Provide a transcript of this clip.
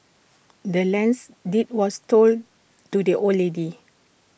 the land's deed was sold to the old lady